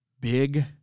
big